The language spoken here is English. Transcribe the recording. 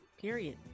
period